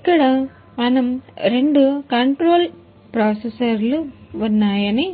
ఇక్కడ మనం రెండు కంట్రోల్ ప్రాసెసర్లు ఉన్నాయని